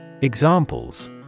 Examples